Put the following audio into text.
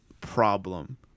problem